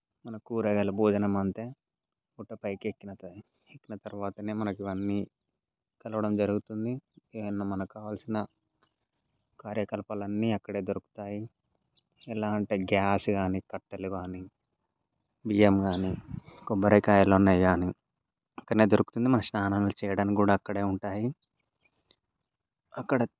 మన కూరగాయల భోజనం అంతే పుట్ట పైకెక్కినాకనే ఎక్కిన తర్వాతనే మనకు కలగడం కలుగువ్తుంది ఏమైనా మనకు కావాల్సిన కార్యకలాపాలన్ని అక్కడే దొరుకుతాయి ఎలా అంటే గ్యాస్ గానీ కట్టెలు గానీ బియ్యం గాని కొబ్బరికాయలు అనేవి కానీ అక్కడనే దొరుకుతుంది మనకు స్నానాలు చేయడానికి కూడా అక్కడే అక్కడ